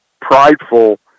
prideful